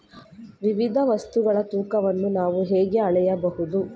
ವಿವಿಧ ವಸ್ತುಗಳ ತೂಕವನ್ನು ನಾವು ಹೇಗೆ ಅಳೆಯಬಹುದು?